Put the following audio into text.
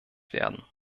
werden